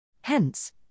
Hence